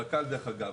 הרק"ל דרך אגב,